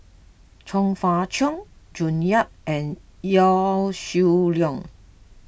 Chong Fah Cheong June Yap and Yaw Shin Leong